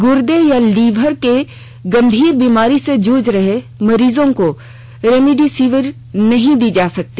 गुर्दे या लीवर की गंभीर बीमारी से जूझ रहे मरीजों को रेमडेसिविर नहीं दी जा सकती